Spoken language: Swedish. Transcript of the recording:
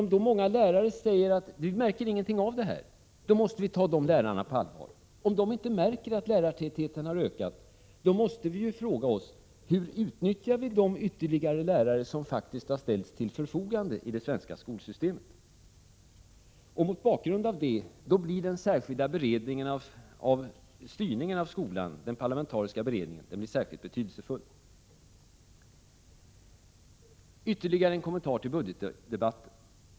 Om nu många lärare säger att de inte märker någonting av det, måste vi ta de lärarna på allvar. Om de inte märker att lärartätheten har ökat, måste vi fråga oss hur vi utnyttjar de ytterligare lärare som faktiskt ställts till förfogande i det svenska skolsystemet. Mot bakgrund av det blir den parlamentariska beredningen om styrningen av skolan särskilt betydelsefull. Låt mig göra ytterligare en kommentar till budgetdebatten.